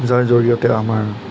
যাৰ জৰিয়তে আমাৰ